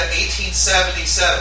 1877